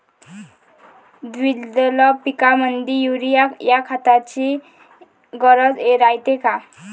द्विदल पिकामंदी युरीया या खताची गरज रायते का?